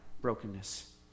brokenness